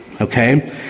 okay